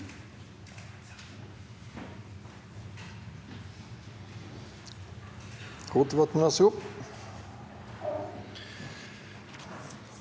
gode ordninger.